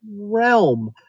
realm